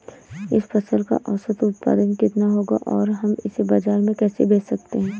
इस फसल का औसत उत्पादन कितना होगा और हम इसे बाजार में कैसे बेच सकते हैं?